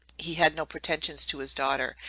he had no pretensions to his daughter,